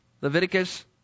Leviticus